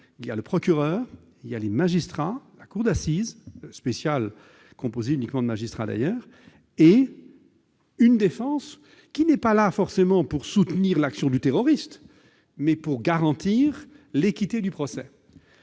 il y ait le procureur, les magistrats de la cour d'assises spéciale, composée uniquement de juges professionnels, et une défense, qui n'est pas là forcément pour soutenir l'action du terroriste, mais pour garantir l'équité du procès.